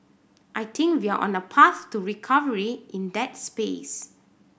I think we're on a path to recovery in that space